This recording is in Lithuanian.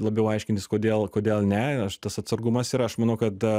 labiau aiškintis kodėl kodėl ne aš tas atsargumas yra aš manau kad